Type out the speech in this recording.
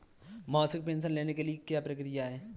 मासिक पेंशन लेने की क्या प्रक्रिया है?